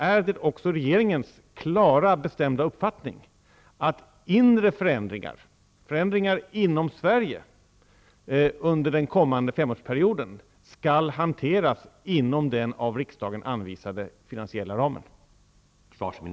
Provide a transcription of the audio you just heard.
Är det regeringens klara, bestämda uppfattning att inre förändringar, dvs. inom Sverige, under den kommande 5-årsperioden skall hanteras inom den av riksdagen anvisade finansiella ramen?